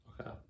Okay